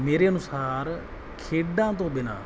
ਮੇਰੇ ਅਨੁਸਾਰ ਖੇਡਾਂ ਤੋਂ ਬਿਨਾਂ